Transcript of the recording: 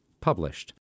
published